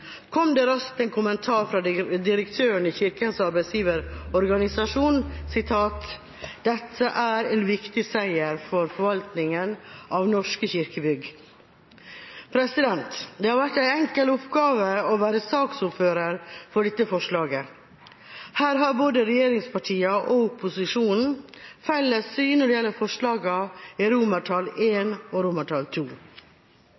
er en viktig seier for forvaltningen av norske kirkebygg!» Det har vært en enkel oppgave å være ordfører for denne saken. Her har både regjeringspartiene og opposisjonen felles syn når det gjelder forslag til vedtak I og